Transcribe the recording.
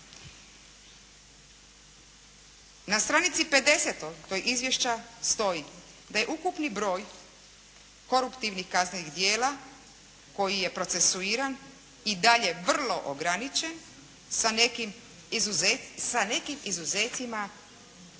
Na stranici 50. tog izvješća stoji da je ukupni broj koruptivnih kaznenih djela koji je procesuiran i dalje vrlo ograničen sa nekim izuzecima u